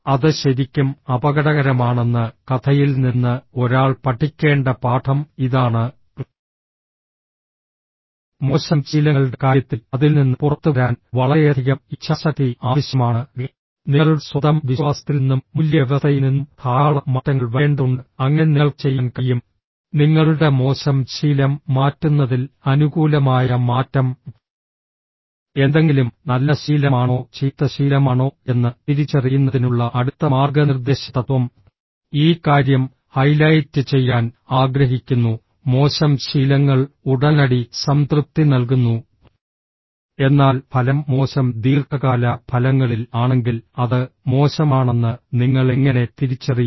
അത് ശരിക്കും അപകടകരമാണെന്ന് കഥയിൽ നിന്ന് ഒരാൾ പഠിക്കേണ്ട പാഠം ഇതാണ് മോശം ശീലങ്ങളുടെ കാര്യത്തിൽ അതിൽ നിന്ന് പുറത്തുവരാൻ വളരെയധികം ഇച്ഛാശക്തി ആവശ്യമാണ് നിങ്ങളുടെ സ്വന്തം വിശ്വാസത്തിൽ നിന്നും മൂല്യവ്യവസ്ഥയിൽ നിന്നും ധാരാളം മാറ്റങ്ങൾ വരേണ്ടതുണ്ട് അങ്ങനെ നിങ്ങൾക്ക് ചെയ്യാൻ കഴിയും നിങ്ങളുടെ മോശം ശീലം മാറ്റുന്നതിൽ അനുകൂലമായ മാറ്റം എന്തെങ്കിലും നല്ല ശീലമാണോ ചീത്ത ശീലമാണോ എന്ന് തിരിച്ചറിയുന്നതിനുള്ള അടുത്ത മാർഗ്ഗനിർദ്ദേശ തത്വം ഈ കാര്യം ഹൈലൈറ്റ് ചെയ്യാൻ ആഗ്രഹിക്കുന്നു മോശം ശീലങ്ങൾ ഉടനടി സംതൃപ്തി നൽകുന്നു എന്നാൽ ഫലം മോശം ദീർഘകാല ഫലങ്ങളിൽ ആണെങ്കിൽ അത് മോശമാണെന്ന് നിങ്ങൾ എങ്ങനെ തിരിച്ചറിയും